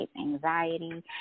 anxiety